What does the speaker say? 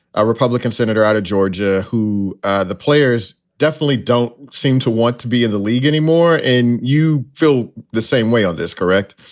a republican senator out of georgia, who the players definitely don't seem to want to be in the league anymore. and you feel the same way on this, correct?